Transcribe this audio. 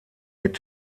mit